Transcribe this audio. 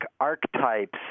archetypes